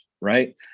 Right